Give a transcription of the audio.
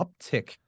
uptick